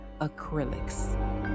Acrylics